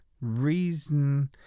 reason